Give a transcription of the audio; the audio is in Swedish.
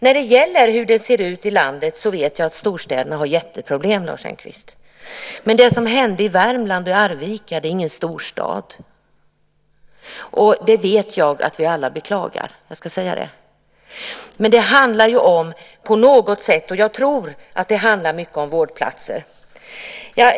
När det gäller hur det ser ut i landet vet jag att storstäderna har jätteproblem, Lars Engqvist. Men Arvika i Värmland är ingen storstad. Jag vet att alla beklagar det som hände - jag ska säga det. Men det handlar på något sätt om vårdplatser.